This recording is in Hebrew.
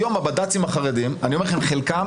היום, הבד"צים החרדים, חלקם